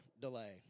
delay